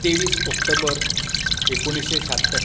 तेवीस ऑक्टोबर एकुणशे शात्तर